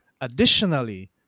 Additionally